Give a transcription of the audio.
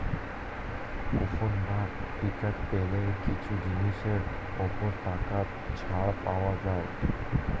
coupon বা ticket পেলে কিছু জিনিসের ওপর টাকা ছাড় পাওয়া যায়